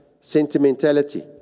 sentimentality